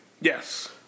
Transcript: Yes